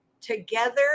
Together